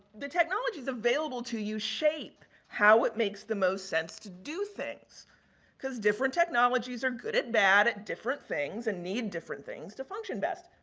the technologies available to you shaped how it makes the most sense to do things because different technologies are good and bad at different things and need different things to function best.